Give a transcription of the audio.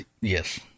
Yes